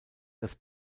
dass